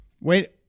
Wait